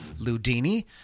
Ludini